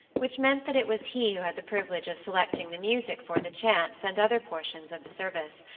which meant that it was he who had the privilege of selecting the music for the chants and other portions of the service,